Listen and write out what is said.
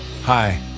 Hi